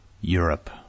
Europe